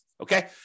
okay